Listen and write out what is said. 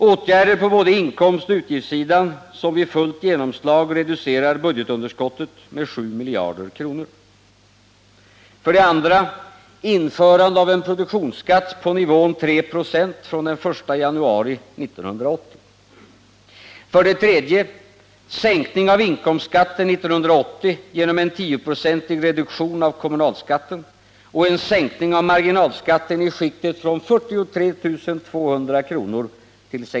Åtgärder på både inkomstoch utgiftssidan som — vid fullt genomslag — reducerar underskottet med 7 miljarder kronor.